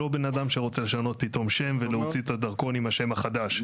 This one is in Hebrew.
לא בן אדם שרוצה לשנות פתאום שם ולהוציא דרכון עם השם החדש,